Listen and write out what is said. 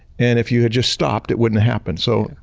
and if you had just stopped it wouldn't happen, so.